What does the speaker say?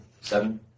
Seven